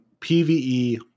PvE